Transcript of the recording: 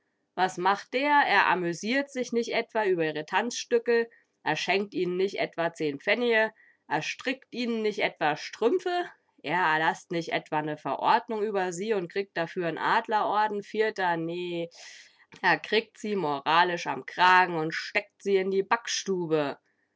was macht der er amüsiert sich nich etwa über ihre tanzstückel a schenkt ihn'n nich etwa zehn pfennige a strickt ihn'n nich etwa strümpfe a erlaßt nich etwa ne verordnung über sie und kriegt dafür n adlerorden vierter nee a kriegt sie moralisch am kragen und steckt sie in die backstube